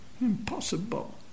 Impossible